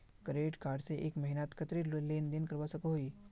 Credit card से एक महीनात कतेरी लेन देन करवा सकोहो ही?